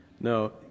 No